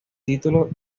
título